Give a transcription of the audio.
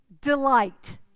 delight